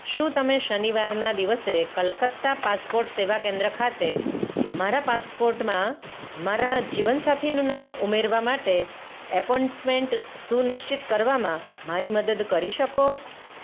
શું તમે શનિવારના દિવસે કલકત્તા પાસપોટ સેવા કેન્દ્ર ખાતે મારા પાસપોર્ટમાં મારા જીવનસાથીનું નામ ઉમેરવા માટે એપોઇન્ટમેન્ટ સુનિશ્ચિત કરવામાં મારી મદદ કરી શકો